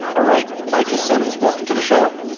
ah right. michael sims, welcome to the show.